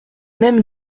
même